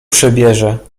przebierze